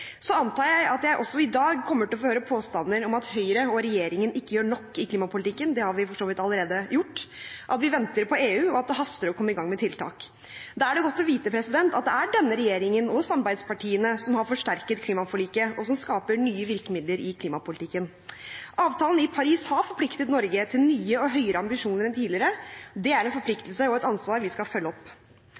Så antar jeg at jeg også i dag kommer til å få høre påstander om at Høyre og regjeringen ikke gjør nok i klimapolitikken – det har vi for så vidt allerede gjort – at vi venter på EU, og at det haster å komme i gang med tiltak. Da er det godt å vite at det er denne regjeringen og samarbeidspartiene som har forsterket klimaforliket, og som skaper nye virkemidler i klimapolitikken. Avtalen i Paris har forpliktet Norge til nye og høyere ambisjoner enn tidligere. Det er en forpliktelse og et ansvar vi skal følge opp.